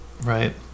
right